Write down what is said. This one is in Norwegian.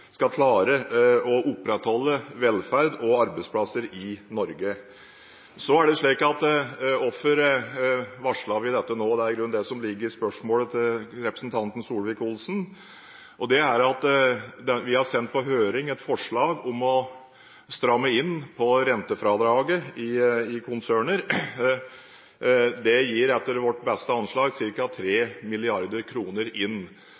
skal klare å opprettholde velferd og arbeidsplasser i Norge. Hvorfor varslet vi dette nå? – Det er dette som ligger i spørsmålet fra representanten Solvik-Olsen. Grunnen er at vi har sendt på høring et forslag om å stramme inn på rentefradraget i konserner. Det gir etter vårt beste anslag ca. 3 mrd. kr inn.